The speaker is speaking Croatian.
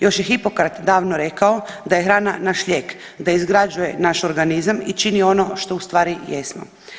Još je Hipokrat davno rekao da je hrana naš lijek, da izgrađuje naš organizam i čini ono što ustvari jesmo.